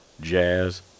Jazz